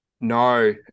No